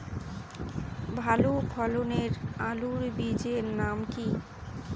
ভালো ফলনের আলুর বীজের নাম কি?